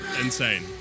insane